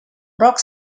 rock